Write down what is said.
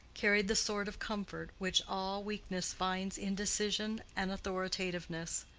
carried the sort of comfort which all weakness finds in decision and authoritativeness.